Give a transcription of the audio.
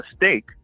mistake